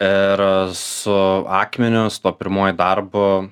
ir su akmeniu su tuo pirmuoju darbu